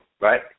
Right